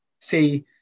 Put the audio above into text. See